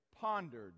pondered